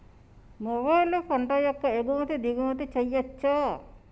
మొబైల్లో పంట యొక్క ఎగుమతి దిగుమతి చెయ్యచ్చా?